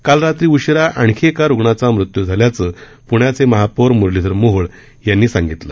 काल रात्री उशीरा आणखी एका रुग्णाचा मृत्यू झाल्याचं पुण्याचे महापौर मुरलीधर मोहोळ यांनी सांगितलं